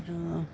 आरो